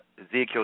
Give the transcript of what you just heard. Ezekiel